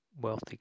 wealthy